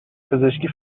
پزشکی